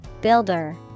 Builder